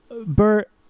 Bert